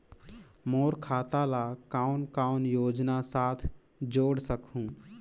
मोर खाता ला कौन कौन योजना साथ जोड़ सकहुं?